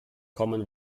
common